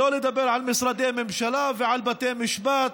שלא לדבר על משרדי ממשלה ועל בתי המשפט,